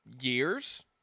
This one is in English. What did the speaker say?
years